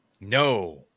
No